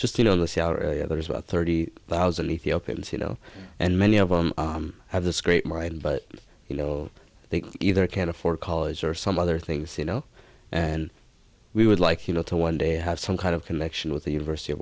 just you know this outer area there is about thirty thousand ethiopians you know and many of them have this great right but you know they either can't afford college or some other things he know and we would like you know to one day have some kind of connection with the university of